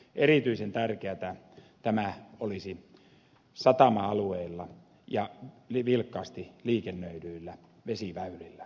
erityisen tärkeätä tämä olisi satama alueilla ja vilkkaasti liikennöidyillä vesiväylillä